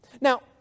Now